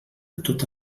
tota